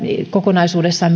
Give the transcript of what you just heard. kokonaisuudessaan